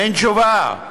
אין תשובה.